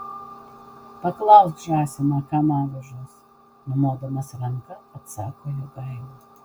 paklausk žąsiną kam avižos numodamas ranka atsako jogaila